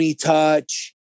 Touch